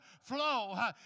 flow